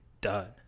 done